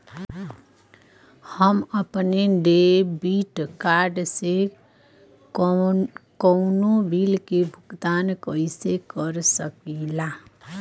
हम अपने debit card से कउनो बिल के भुगतान कइसे कर सकीला?